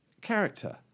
character